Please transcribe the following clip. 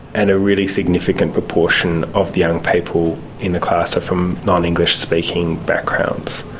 and a really significant proportion of the young people in the class are from non-english-speaking backgrounds.